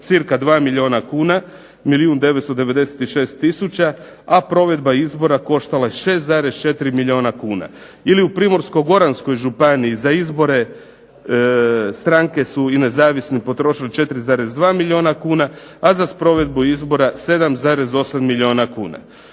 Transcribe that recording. cirka 2 milijuna kuna, milijun i 996 tisuća, a provedba izbora koštala je 6,4 milijuna kuna ili u primorsko-goranskoj županiji za izbore stranke su nezavisne potrošile 4,2 milijuna kuna, a za sprovedbu izbora 7,8 milijuna kuna.